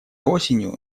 осенью